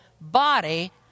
body